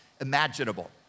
imaginable